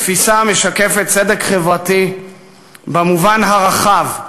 תפיסה המשקפת צדק חברתי במובן הרחב,